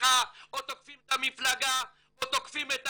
אותך או תוקפים את המפלגה או תוקפים את